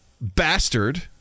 Bastard